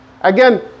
Again